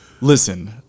Listen